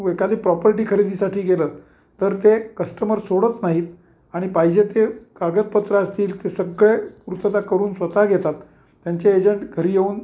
त एखादी प्रॉपर्टी खरेदीसाठी गेलं तर ते कस्टमर सोडत नाहीत आणि पाहिजे ते कागदपत्र असतील ते सगळे पूर्तता करून स्वतः घेतात त्यांचे एजंट घरी येऊन